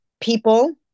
people